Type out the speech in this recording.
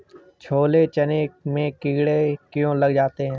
छोले चने में कीड़े क्यो लग जाते हैं?